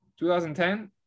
2010